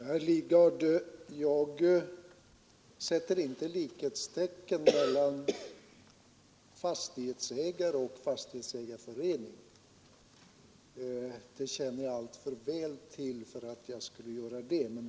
Herr talman! Jag sätter inte likhetstecken, herr Lidgard, mellan fastighetsägare och Fastighetsägareförbundet; jag känner alltför väl till saken för att jag skulle göra det.